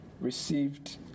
received